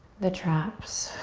the traps.